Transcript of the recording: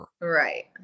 Right